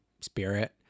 spirit